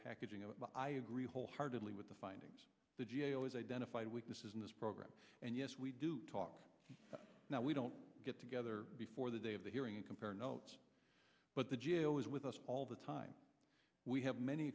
packaging of it i agree wholeheartedly with the findings the g a o has identified weaknesses in this program and yes we do talk now we don't get together before the day of the hearing and compare notes but the jail is with us all the time we have many